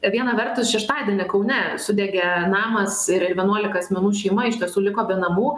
viena vertus šeštadienį kaune sudegė namas ir vienuolika asmenų šeima iš tiesų liko be namų